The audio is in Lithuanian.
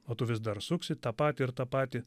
o tu vis dar suksi tą patį ir tą patį